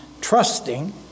trusting